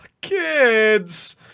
kids